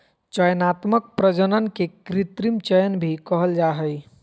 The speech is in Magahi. चयनात्मक प्रजनन के कृत्रिम चयन भी कहल जा हइ